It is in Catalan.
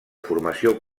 formació